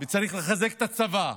וצריך לחזק את הצבא,